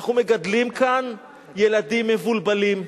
אנחנו מגדלים כאן ילדים מבולבלים,